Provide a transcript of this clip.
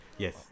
Yes